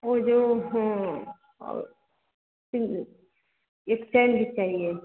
वो जो इस्टैंड चाहिए